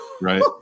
Right